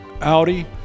Audi